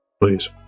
please